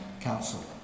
council